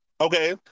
okay